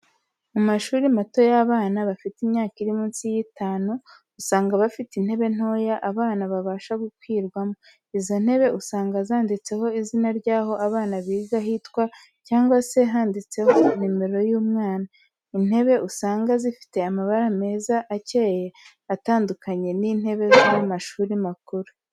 Mu mashuri mato y'abana, bafite imyaka iri munsi y'itanu, usanga bafite intebe ntoya abana babasha gukwirwamo, izo ntebe usanga zanditseho izina ryaho abana biga hitwa, cyangwa se handitseho numero y'umwana. Intebe usanga zifite amabara meza akeye atandukanye n'intebe zo mu mashuri makuru.